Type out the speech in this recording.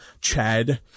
Chad